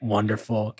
Wonderful